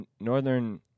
Northern